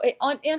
on